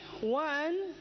One